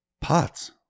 Pots